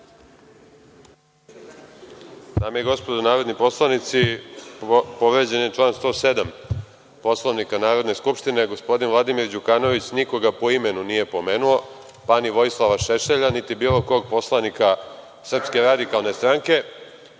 Dame i gospodo narodni poslanici, povređen je član 107. Poslovnika Narodne skupštine. Gospodin Vladimir Đukanović nikoga po imenu nije pomenuo, pa ni Vojislava Šešelja, niti bilo kog poslanika SRS. Evo, dajte